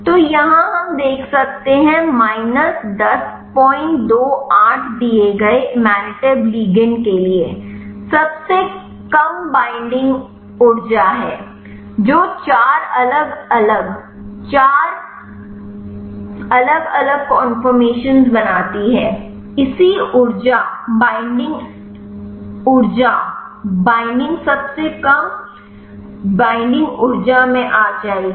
तो यहाँ हम देख सकते हैं माइनस 1028 दिए गए इमातिनब लिगंड के लिए सबसे कम बिंडिंग ऊर्जा है जो चार अलग अलग चार अलग अलग कन्फर्मेशन्स बनाती है इसी ऊर्जा बिंडिंग ऊर्जा बिंडिंग सबसे कम बिंडिंगऊर्जा में आ जाएगी